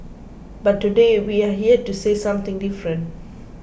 but today we're here to say something different